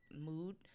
mood